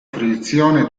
fruizione